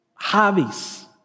Hobbies